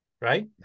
right